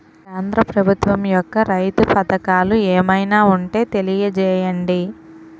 కేంద్ర ప్రభుత్వం యెక్క రైతు పథకాలు ఏమైనా ఉంటే తెలియజేయండి?